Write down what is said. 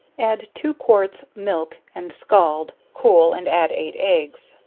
add two quarts milk and scald, cool and add eight eggs,